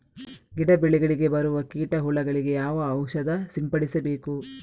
ಗಿಡ, ಬೆಳೆಗಳಿಗೆ ಬರುವ ಕೀಟ, ಹುಳಗಳಿಗೆ ಯಾವ ಔಷಧ ಸಿಂಪಡಿಸಬೇಕು?